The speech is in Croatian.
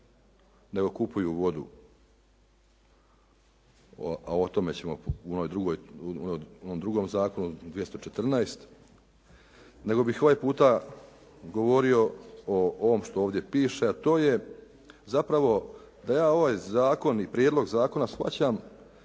nego kupuju vodu a o tome ćemo u onom drugom zakonu 214., nego bih ovaj puta govorio o ovome što ovdje piše a to je zapravo da ja ovaj zakon i prijedlog zakona shvaćam